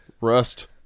rust